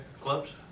clubs